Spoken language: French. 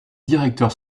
directeur